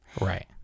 right